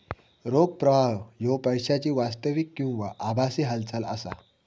रोख प्रवाह ह्यो पैशाची वास्तविक किंवा आभासी हालचाल असा